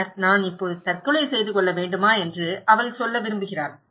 பின்னர் நான் இப்போது தற்கொலை செய்து கொள்ள வேண்டுமா என்று அவள் சொல்ல விரும்புகிறாள்